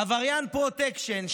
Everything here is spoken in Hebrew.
עבריין פרוטקשן,